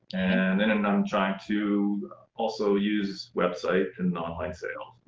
and then and i'm trying to also use website and online sale.